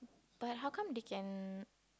but how come they can